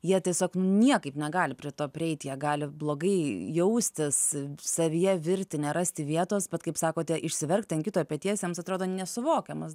jie tiesiog niekaip negali prie to prieit jie gali blogai jaustis savyje virti nerasti vietos bet kaip sakote išsiverkti ant kito peties jiems atrodo nesuvokiamas